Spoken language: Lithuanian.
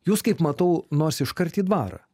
jūs kaip matau nors iškart į dvarą